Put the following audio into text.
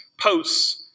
posts